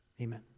Amen